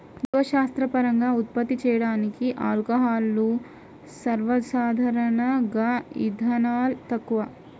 జీవశాస్త్రపరంగా ఉత్పత్తి చేయబడిన ఆల్కహాల్లు, సర్వసాధారణంగాఇథనాల్, తక్కువ